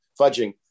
fudging